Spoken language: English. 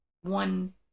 one